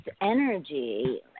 energy